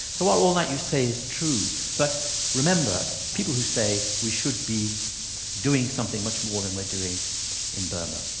so all that you say is true but remember, people who say, we should be doing something much more than we're doing in burma,